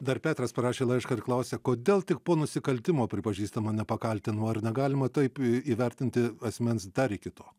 dar petras parašė laišką ir klausia kodėl tik po nusikaltimo pripažįstama nepakaltinamu ar negalima taip įvertinti asmens dar iki to